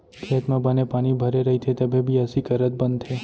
खेत म बने पानी भरे रइथे तभे बियासी करत बनथे